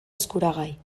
eskuragai